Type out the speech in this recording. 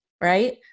right